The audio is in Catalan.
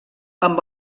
amb